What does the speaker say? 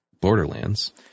Borderlands